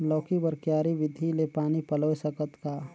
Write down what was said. लौकी बर क्यारी विधि ले पानी पलोय सकत का?